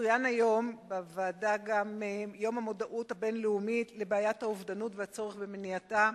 צוין בוועדה גם יום המודעות הבין-לאומי לבעיית האובדנות והצורך במניעתה,